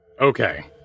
Okay